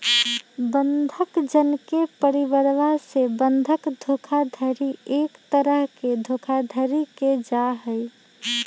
बंधक जन के परिवरवा से बंधक धोखाधडी एक तरह के धोखाधडी के जाहई